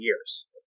years